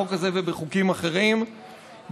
בחוק הזה ובחוקים אחרים,